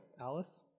Alice